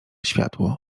światło